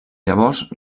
llavors